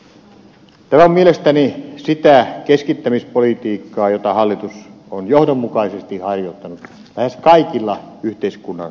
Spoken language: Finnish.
tämä on mielestäni sitä keskittämispolitiikkaa jota hallitus on johdonmukaisesti harjoittanut lähes kaikilla yhteiskunnan sektoreilla